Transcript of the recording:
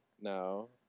no